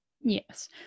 Yes